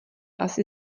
asi